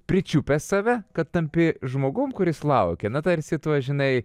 pričiupęs save kad tampi žmogum kuris laukė na tarsi tuo žinai